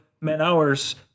man-hours